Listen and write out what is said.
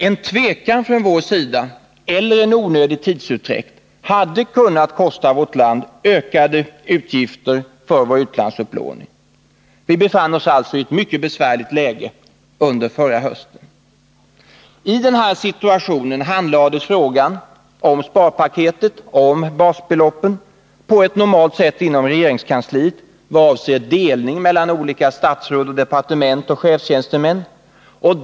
En tvekan från vår sida, eller en onödig tidsutdräkt, hade kunnat kosta vårt land ökade utgifter för vår utlandsupplåning. Vi befann oss alltså i ett mycket bevärligt läge under förra hösten. I denna situation handlades frågan om sparpaketet och basbeloppet på normalt sätt inom regeringskansliet, i vad avser delning mellan olika statsråd, departement och chefstjänstemän.